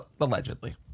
allegedly